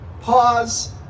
pause